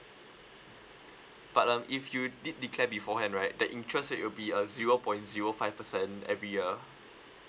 but um if you did declare beforehand right the interest it will be a zero point zero five percent every year